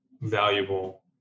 valuable